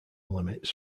limits